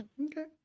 Okay